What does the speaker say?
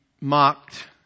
mocked